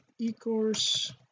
e-course